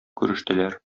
күрештеләр